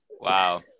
Wow